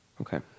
Okay